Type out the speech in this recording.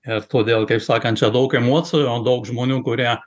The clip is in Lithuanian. ir todėl kaip sakant čia daug emocijų o daug žmonių kurie